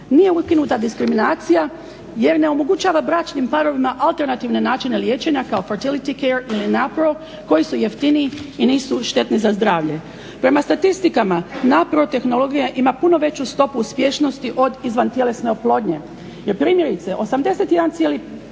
Nije ukinuta diskriminacija jer ne omogućava bračnim parovima alternativne načine liječenja kao fertility care ili NaPro koji su jeftiniji i nisu štetni za zdravlje. Prema statistikama NaPro tehnologija ima puno veću stopu uspješnosti od izvantjelesne oplodnje.